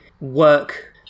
work